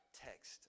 text